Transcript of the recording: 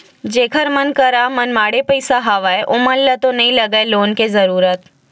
जेखर मन करा मनमाड़े पइसा हवय ओमन ल तो नइ लगय लोन लेके जरुरत